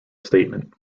statement